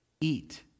eat